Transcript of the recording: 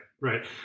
right